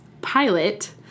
pilot